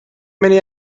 many